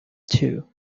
two